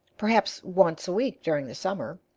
perhaps, once a week during the summer,